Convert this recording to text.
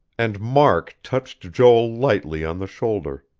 and mark touched joel lightly on the shoulder,